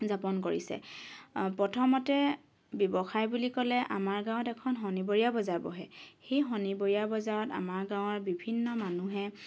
যাপন কৰিছে প্ৰথমতে ব্যৱসায় বুলি ক'লে আমাৰ গাঁৱত এখন শনিবৰীয়া বজাৰ বহে সেই শনিবৰীয়া বজাৰত আমাৰ গাঁৱৰ বিভিন্ন মানুহে